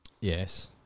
Yes